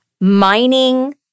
Mining